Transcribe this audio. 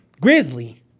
Grizzly